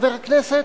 חבר הכנסת: